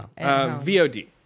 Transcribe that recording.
VOD